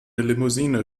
limousine